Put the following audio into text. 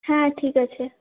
হ্যাঁ ঠিক আছে